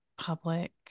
public